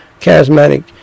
charismatic